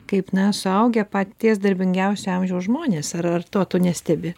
kaip na suaugę paties darbingiausio amžiaus žmonės ar ar to tu nestebi